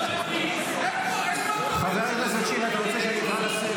--- אתה חתיכת משתמט.